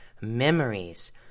memories